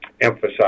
emphasize